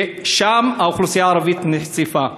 ושם האוכלוסייה הערבית נחשפה.